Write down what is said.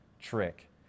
trick